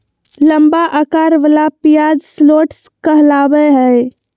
लंबा अकार वला प्याज शलोट्स कहलावय हय